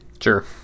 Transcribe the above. Sure